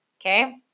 okay